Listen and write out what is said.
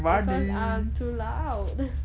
because I'm too loud